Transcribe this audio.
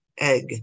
Egg